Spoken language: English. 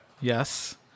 Yes